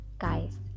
Guys